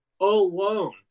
alone